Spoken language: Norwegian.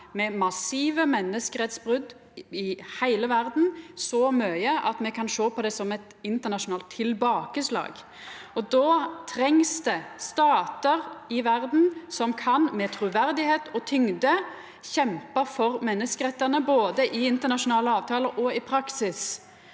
med massive menneskerettsbrot i heile verda – så mykje at me kan sjå på det som eit internasjonalt tilbakeslag. Då trengst det statar i verda som med truverd og tyngde kan kjempa for menneskerettane både i internasjonale avtalar og i praksis.